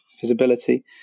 visibility